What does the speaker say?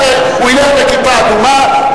הוא ילך לכיפה אדומה,